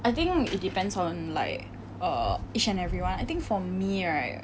I think it depends on like err each and everyone I think for me right